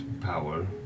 power